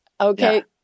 Okay